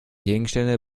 gegenstände